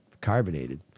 carbonated